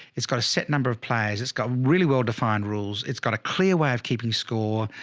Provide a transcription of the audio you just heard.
it's got a set number of players. it's got really well defined rules. it's got a clear way of keeping score.